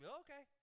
okay